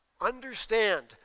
Understand